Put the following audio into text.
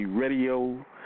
Radio